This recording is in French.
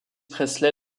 presley